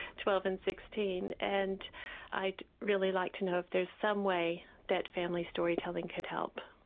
twelve and sixteen and i'd really like to know if there's some way that family storytelling can help.